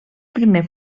primer